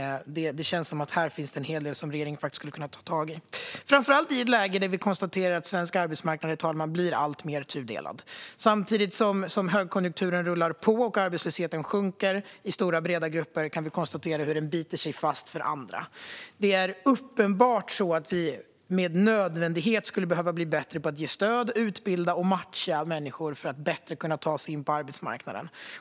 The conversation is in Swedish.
Det känns som att det finns en hel del här som regeringen skulle kunna ta tag i. Det gäller framför allt i ett läge där vi konstaterar att svensk arbetsmarknad, herr talman, blir alltmer tudelad. Samtidigt som högkonjunkturen rullar på och arbetslösheten sjunker i stora breda grupper kan vi konstatera att arbetslösheten biter sig fast för andra. Det är uppenbart att vi med nödvändighet behöver bli bättre på att ge stöd och på att utbilda och matcha människor för att de lättare ska kunna ta sig in på arbetsmarknaden.